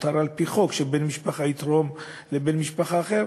על-פי החוק מותר שבן משפחה יתרום לבן משפחה אחר,